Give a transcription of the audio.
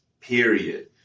Period